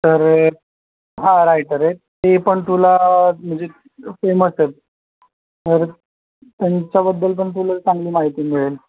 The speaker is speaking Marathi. तर हां रायटर आहेत ते पण तुला म्हणजे फेमस आहेत परत त्यांच्याबद्दल पण तुला चांगली माहिती मिळेल